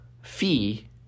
fee